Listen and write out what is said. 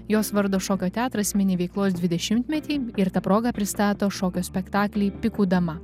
jos vardo šokio teatras mini veiklos dvidešimtmetį ir ta proga pristato šokio spektaklį pikų dama